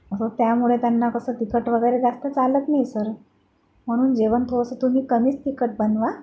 हो त्यामुळे त्यांना कसं तिखट वगैरे जास्त चालत नाही सर म्हणून जेवण थोडंसं तुम्ही कमीच तिखट बनवा